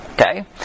Okay